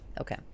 Okay